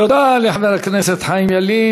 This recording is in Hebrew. תודה לחבר הכנסת חיים ילין.